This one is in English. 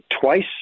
twice